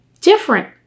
different